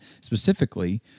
specifically